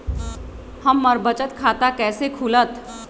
हमर बचत खाता कैसे खुलत?